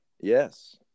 Yes